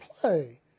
play